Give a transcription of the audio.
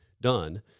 done